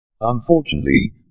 Unfortunately